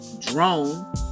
drone